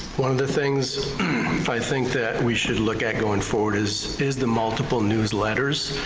one of the things i think that we should look at going forward is is the multiple newsletters.